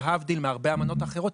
להבדיל מהרבה אמנות אחרות,